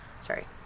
Sorry